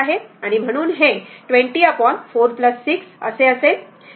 म्हणून हे 204 6 असेल